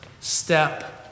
step